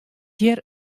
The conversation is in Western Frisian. hjir